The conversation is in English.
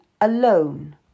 alone